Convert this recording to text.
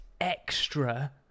extra